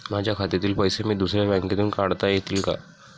माझ्या खात्यातील पैसे मी दुसऱ्या बँकेतून काढता येतील का?